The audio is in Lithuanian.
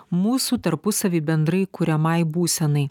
mūsų tarpusavy bendrai kuriamai būsenai